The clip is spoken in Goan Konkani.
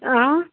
आं